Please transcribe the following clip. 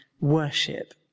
worship